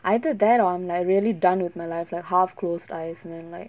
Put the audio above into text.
either that or I'm like really done with my life lah half closed eyes and then like